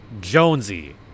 Jonesy